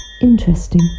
Interesting